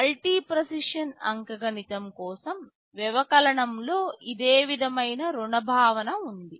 multi precision అంకగణితం కోసం వ్యవకలనంలో ఇదే విధమైన రుణ భావన ఉంది